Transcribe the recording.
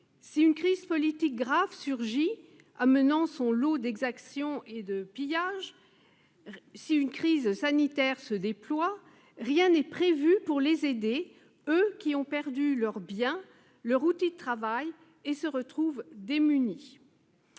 si une crise politique grave surgit, amenant son lot d'exactions et de pillages, si une crise sanitaire se déploie, rien n'est prévu pour les aider, eux qui ont perdu leurs biens, leur outil de travail, et qui se retrouvent démunis.